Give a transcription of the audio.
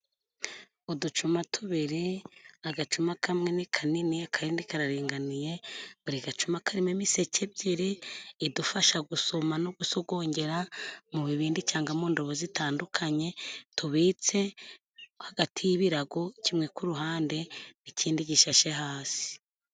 Uducuma tubiri agacuma kamwe ni kanini akandi kararinganiye, buri gacuma karimo imiseke ebyiri idufasha gusoma no gusogongera mu bibindi cyangwa mu ndobo zitandukanye, tubitse hagati y'ibirago kimwe k'uruhande ikindi gishyashe hasi.